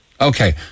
Okay